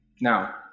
Now